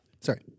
Sorry